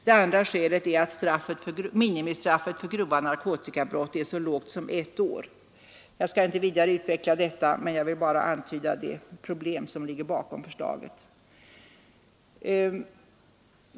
Det andra skälet är att minimistraffet för grova narkotikabrott är så lågt som ett år. Jag skall inte vidare utveckla detta utan har bara velat antyda de problem som ligger bakom förslaget.